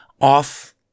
off